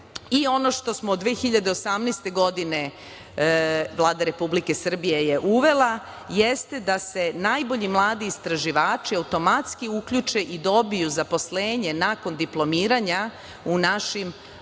i ono što je 2018. godine Vlada Republike Srbije uvela jeste da se najbolji mladi istraživači automatski uključe i dobiju zaposlenje nakon diplomiranja u našim